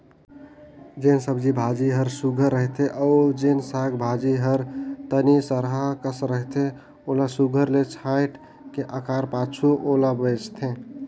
जेन सब्जी भाजी हर सुग्घर रहथे अउ जेन साग भाजी हर तनि सरहा कस रहथे ओला सुघर ले छांएट के ओकर पाछू ओला बेंचथें